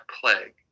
Plague